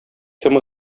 кем